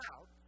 out